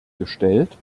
gestellt